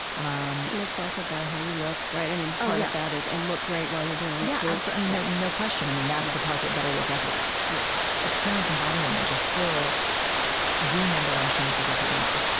um and it's also about how we look, right? i mean, part of that is, and look great while you're doing it too oh, yeah, absolutely, no no question. i mean, that's the part that better look effortless. yeah appearance and body image is still the number one shame trigger for women.